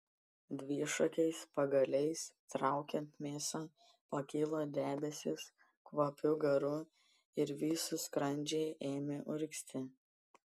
dvišakiais pagaliais traukiant mėsą pakilo debesys kvapių garų ir visų skrandžiai ėmė urgzti